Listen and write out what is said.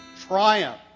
triumph